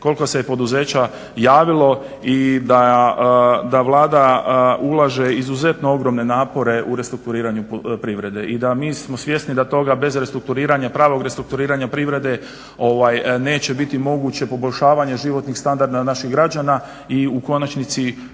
koliko se poduzeća javilo i da Vlada ulaže izuzetno ogromne napore u restrukturiranje privrede i da mi smo svjesni da toga bez restrukturiranja pravog restrukturiranja privrede ovaj neće biti moguće, poboljšavanje životnih standarda naših građana i u konačnici